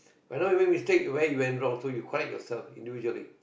whenever you make mistake you where you went wrong correct yourself individually